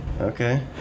Okay